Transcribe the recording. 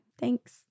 Thanks